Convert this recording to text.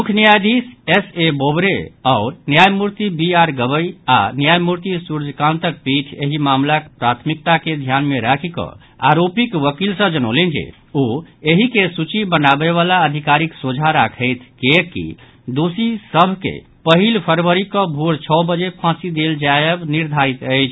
मुख्य न्यायधीश S A Bobde आओर न्यायमूर्ति बी आर गवई आ न्यायमूर्ति सूर्यकांतक पीठ एहि मामिलाक प्राथमिकता के ध्यान मे राखि कऽ आरोपीक वकील सँ जनौलनि जे ओ एहि के सूची बनाबय वला अधिकारीक सोझा राखैथ किएकि दोषी सभ के पहिल फरवरी कऽ भोर छओ बजे फांसी देल जायब निर्धारित अछि